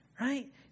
right